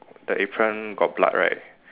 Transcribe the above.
the apron got blood right